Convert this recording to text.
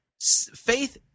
Faith